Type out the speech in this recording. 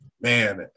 Man